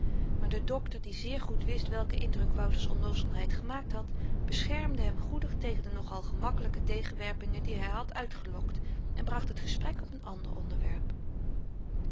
maar de dokter die zeer goed wist welken indruk wouters onnoozelheid gemaakt had beschermde hem goedig tegen de nogal gemakkelyke tegenwerpingen die hy had uitgelokt en bracht het gesprek op n ander onderwerp